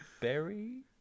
berry